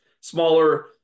smaller